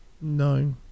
No